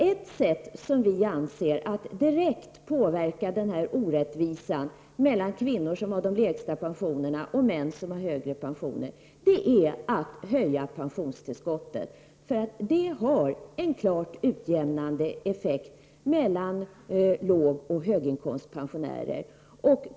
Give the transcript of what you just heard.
Ett sätt som finns att direkt påverka den orättvisa som det innebär att kvinnor har de lägre pensionerna och män har de högre pensionerna är att höja pensionstillskottet. Detta har nämligen en påtagligt utjämnande effekt mellan lågoch höginkomstpensionärer.